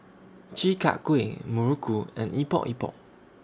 Chi Kak Kuih Muruku and Epok Epok